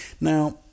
now